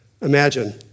Imagine